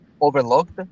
overlooked